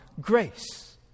grace